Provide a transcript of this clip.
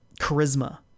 charisma